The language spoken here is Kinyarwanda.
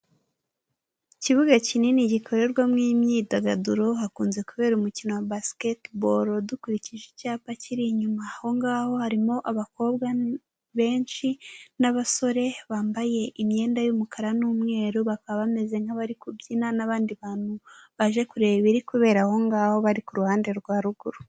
Ikibuga kinini gikorerwamo imyidagaduro hakunze kubera umukino wa basiketibolo, dukurikije icyapa kiri inyuma aho ngaho harimo abakobwa benshi n'abasore bambaye imyenda y'umukara n'umweru, bakaba bameze nkabari kubyina n'abandi bantu baje kureba ibiri kubera aho ngaho bari ku ruhande rwa ruguru.